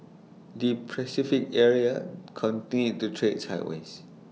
the Pacific area continued to trade sideways